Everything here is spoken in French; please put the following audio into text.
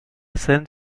scène